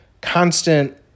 constant